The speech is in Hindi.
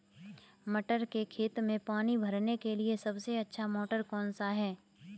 मटर के खेत में पानी भरने के लिए सबसे अच्छा मोटर कौन सा है?